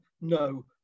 no